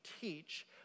teach